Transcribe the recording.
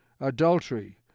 adultery